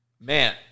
Man